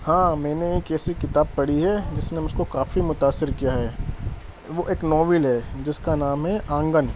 ہاں میں نے ایک ایسی کتاب پڑھی ہے جس نے مجھ کو کافی متاثر کیا ہے وہ ایک ناول ہے جس کا نام ہے آنگن